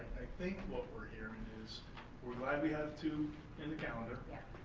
think what we're hearing is we're glad we have two in the calendar. yeah.